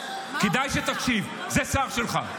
--- כדאי שתקשיב, זה שר שלך.